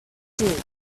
thirty